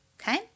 okay